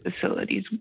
facilities